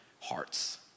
hearts